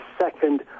second